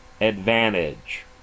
advantage